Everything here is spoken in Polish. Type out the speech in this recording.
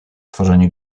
tworzeniu